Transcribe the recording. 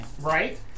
Right